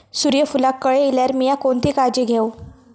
सूर्यफूलाक कळे इल्यार मीया कोणती काळजी घेव?